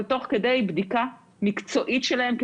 אבל תוך כדי בדיקה מקצועית שלהן,